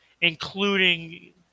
including